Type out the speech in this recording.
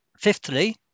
Fifthly